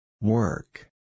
Work